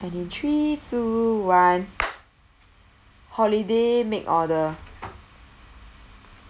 and in three two one holiday make order